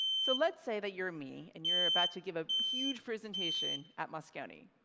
so let's say that you're me and you're about to give a huge presentation at moscone.